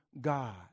God